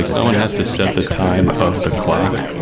someone has to set the time of the clock,